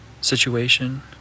situation